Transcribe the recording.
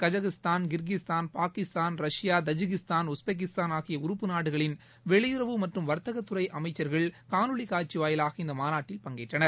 Kazakhstan Kyrgyzstan Pakistan Russia Tajikistan Uzbekistan ஆகிய உறப்பு நாடுகளின் வெளியுறவு மற்றும் வர்த்தகத்துறை அமைச்சர் காணொலி காட்சி வாயிலாக இந்த மாநாட்டில் பங்கேற்றனர்